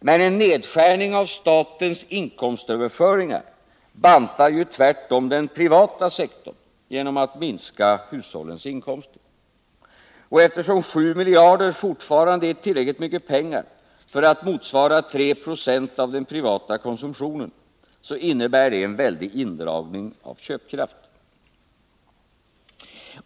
Men en nedskärning av statens inkomstöverföringar bantar ju tvärtom den privata sektorn genom att minska hushållens inkomster. Och eftersom 7 miljarder fortfarande är tillräckligt mycket pengar för att motsvara 3 26 av den privata konsumtionen, innebär det en väldig indragning av köpkraft.